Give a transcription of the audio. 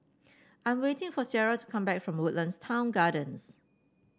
I'm waiting for Ciarra to come back from Woodlands Town Gardens